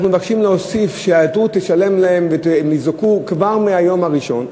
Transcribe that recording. אנחנו מבקשים להוסיף שתמורת ההיעדרות תשולם להם כבר מהיום הראשון,